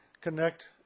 connect